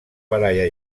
baralla